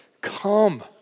come